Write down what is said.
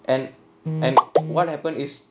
and and what happen is